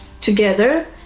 together